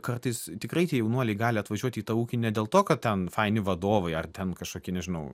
kartais tikrai tie jaunuoliai gali atvažiuoti į tą ūkį ne dėl to kad ten faini vadovai ar ten kažkokie nežinau